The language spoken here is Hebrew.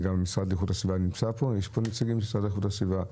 אם יש פה נציגים מהמשרד להגנת הסביבה,